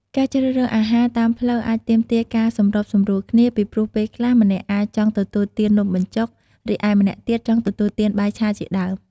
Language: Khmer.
ការជ្រើសរើសអាហារតាមផ្លូវអាចទាមទារការសម្របសម្រួលគ្នា ពីព្រោះពេលខ្លះ ម្នាក់អាចចង់ទទួលទាននំបញ្ចុក រីឯម្នាក់ទៀតចង់ទទួលទានបាយឆាជាដើម។